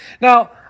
Now